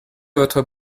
votre